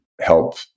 help